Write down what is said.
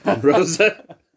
Rosa